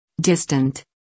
Distant